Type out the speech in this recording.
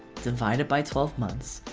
divided by twelve months,